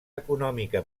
econòmica